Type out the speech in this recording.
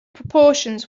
proportions